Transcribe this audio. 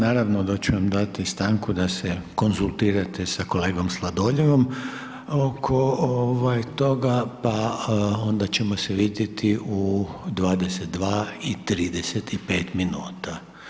Naravno da ću vam dati stanku da se konzultirate sa kolegom Sladoljevom oko toga, pa onda ćemo se vidjeti u 22:35 minuta.